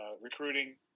recruiting